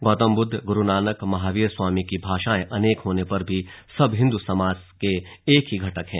गौतम बुद्ध गुरु नानक महावीर स्वामी की भाषाएं अनेक होने पर भी सब हिन्दू समाज के एक ही घटक हैं